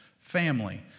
family